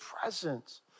presence